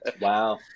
Wow